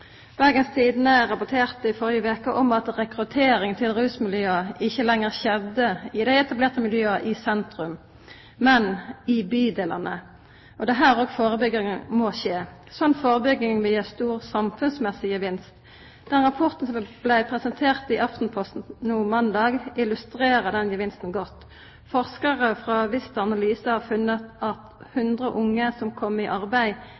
Bergens Tidende rapporterte i forrige uke om at rekrutteringen til rusmiljøene ikke lenger skjedde i de etablerte miljøene i sentrum, men i bydelene. Det er her forebyggingen må skje. Slik forebygging vil gi stor samfunnsmessig gevinst. Den rapporten som ble presentert i Aftenposten nå på mandag, illustrerer denne gevinsten godt. Forskere fra Vista Analyse har funnet at 100 unge som kommer i arbeid